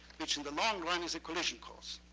which in the long run, is a collision course.